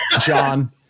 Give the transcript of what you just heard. John